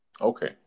Okay